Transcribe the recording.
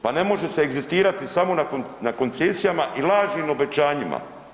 Pa ne može se egzistirati samo na koncesijama i lažnim obećanjima.